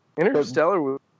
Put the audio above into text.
Interstellar